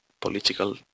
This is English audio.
political